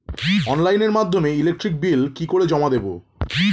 অনলাইনের মাধ্যমে electric bill কি করে জমা দেবো?